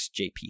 JP